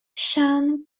sean